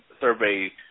survey